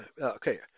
okay